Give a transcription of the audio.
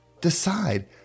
decide